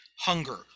hunger